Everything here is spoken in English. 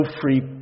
free